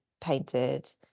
painted